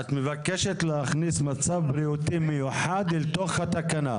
את מבקשת להכניס מצב בריאותי מיוחד לתוך התקנה.